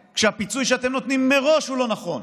כשהפיצוי שאתם נותנים הוא מראש לא נכון?